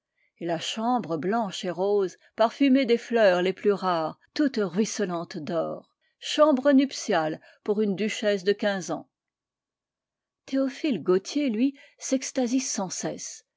et la chambre blanche et rose parfumée des fleurs les plus rares toute ruisselante d'or u chambre nuptiale pour une duchesse de quinze ans théophile gautier lui s'extasie sans cesse